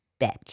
bitch